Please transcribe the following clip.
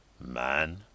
man—